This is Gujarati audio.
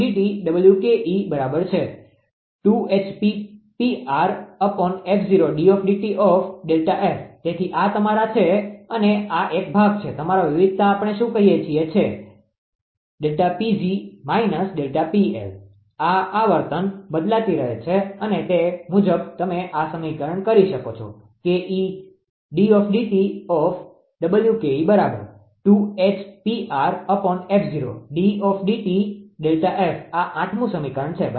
તેથી તે બરાબર છે 𝑓 તેથી આ તમારા છે અને આ એક ભાગ છે તમારા વિવિધતા આપણે શું કહીએ છીએછે અને આવર્તન બદલાતી રહે છે અને તે મુજબ તમે આ સમીકરણ કરી શકો છો બરાબર આ 8 મુ સમીકરણ છે બરાબર